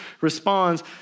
responds